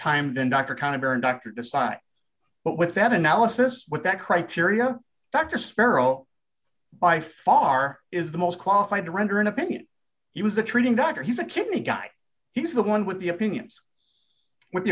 time than doctor kind of doctor decide but with that analysis what that criteria dr sparrow by far is the most qualified to render an opinion he was the treating doctor he's a kidney guy he's the one with the opinions with